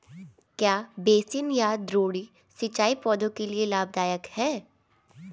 क्या बेसिन या द्रोणी सिंचाई पौधों के लिए लाभदायक है?